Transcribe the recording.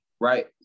right